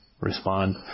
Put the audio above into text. respond